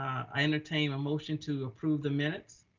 i entertain a motion to approve the minutes.